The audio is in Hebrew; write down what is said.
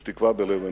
יש תקווה בלב אנוש,